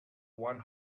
one